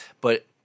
but-